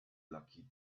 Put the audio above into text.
lucky